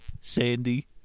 Sandy